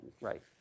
right